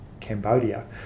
Cambodia